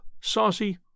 saucy